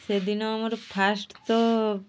ସେଦିନ ଆମର ଫାଷ୍ଟ୍ ତ